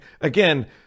again